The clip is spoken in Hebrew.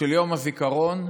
נא לסיים.